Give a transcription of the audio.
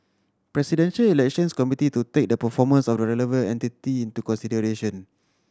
Presidential Elections Committee to take the performance of the relevant entity into consideration